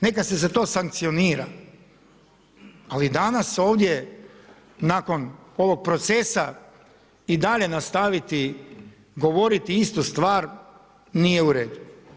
Neka se za to sankcionira, ali danas ovdje nakon ovog procesa i dalje nastaviti govoriti istu stvar, nije u redu.